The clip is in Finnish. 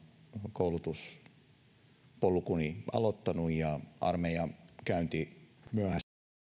koulutuspolkuni aloittanut ja armeijan käynti myöhästyi niin että